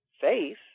faith